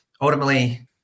ultimately